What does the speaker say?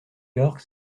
york